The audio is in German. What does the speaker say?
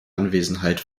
anwesenheit